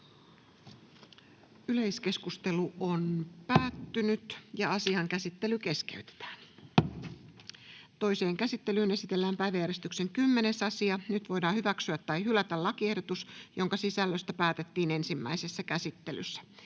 annetun lain muuttamisesta Time: N/A Content: Toiseen käsittelyyn esitellään päiväjärjestyksen 11. asia. Nyt voidaan hyväksyä tai hylätä lakiehdotus, jonka sisällöstä päätettiin ensimmäisessä käsittelyssä.